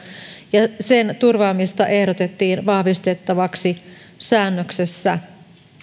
ja sen turvaamista ehdotettiin vahvistettavaksi säännöksessä